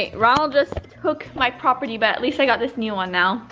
ah ronald just took my property back at least i got this new one now.